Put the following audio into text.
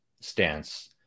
stance